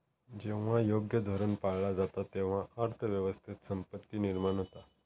जेव्हा योग्य धोरण पाळला जाता, तेव्हा अर्थ व्यवस्थेत संपत्ती निर्माण होता